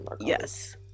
Yes